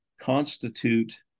constitute